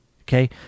Okay